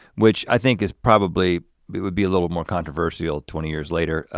which i think is probably would be a little bit more controversial twenty years later,